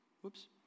Whoops